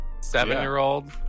Seven-year-old